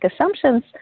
assumptions